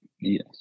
yes